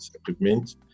equipment